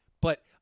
But-